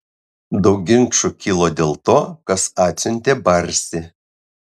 daug ginčų kilo dėl to kas atsiuntė barsį